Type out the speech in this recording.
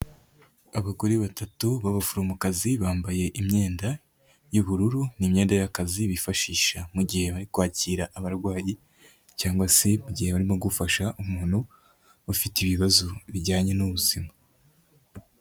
Abagore batatu b'abaforomokazi, bambaye imyenda y'ubururu n' imyenda y'akazi bifashisha mu gihe bari kwakira abarwayi cyangwa se igihe barimo gufasha umuntu ufite ibibazo bijyanye n'ubuzima.